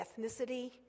ethnicity